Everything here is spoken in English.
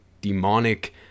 demonic